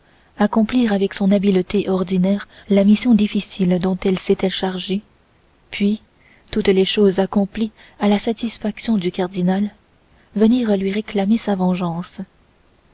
accomplir avec son habileté ordinaire la mission difficile dont elle s'était chargée puis toutes les choses accomplies à la satisfaction du cardinal venir lui réclamer sa vengeance